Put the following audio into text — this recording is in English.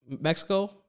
Mexico